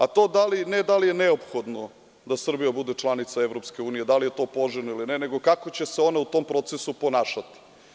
A to da li je neophodno da Srbija bude članica EU, da li je to poželjno ili ne nego kako će se ona u tom procesu ponašati.